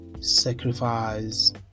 sacrifice